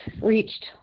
reached